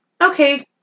Okay